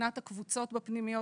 והקטנת הקבוצות בפנימיות